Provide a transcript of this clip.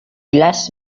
glass